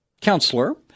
counselor